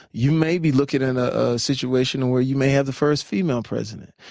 you may be looking at a situation where you may have the first female president.